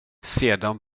sedan